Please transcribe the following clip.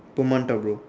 per month ah bro